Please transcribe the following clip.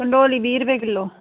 कंढोली बीह् रपेऽ किलो